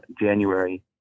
January